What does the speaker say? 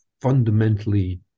fundamentally